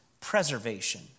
preservation